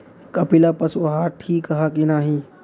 कपिला पशु आहार ठीक ह कि नाही?